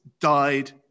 died